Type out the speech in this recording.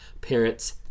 parents